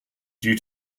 due